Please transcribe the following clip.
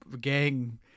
gang